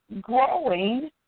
growing